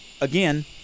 again